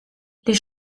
les